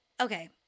okay